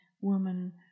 woman